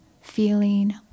feeling